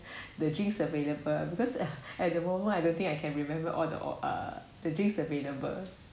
the drinks available because at the moment I don't think I can remember all the uh uh the drinks available